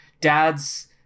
Dad's